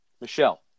Michelle